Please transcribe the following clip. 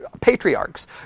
patriarchs